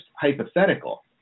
hypothetical